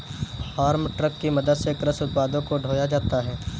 farm truck की मदद से कृषि उत्पादों को ढोया जाता है